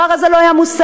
הערר הזה לא היה מוסר,